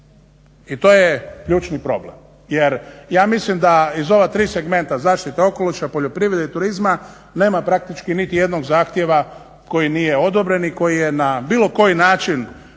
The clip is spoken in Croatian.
i to je ključni problem. jer ja mislim da iz ova tri segmenta zaštite okoliša, poljoprivrede i turizma nema praktički niti jednog zahtjeva koji nije odobren i koji je na bilo koji način